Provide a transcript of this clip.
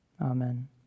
Amen